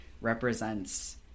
represents